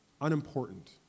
unimportant